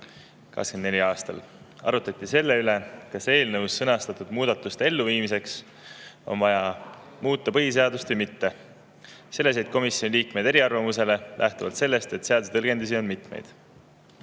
2024. aastal. Arutati selle üle, kas eelnõus sõnastatud muudatuste elluviimiseks on vaja muuta põhiseadust või mitte. Selles jäid komisjoni liikmed eriarvamusele lähtuvalt sellest, et seaduse tõlgendusi on mitmeid.